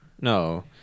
No